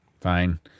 Fine